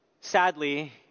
Sadly